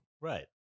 Right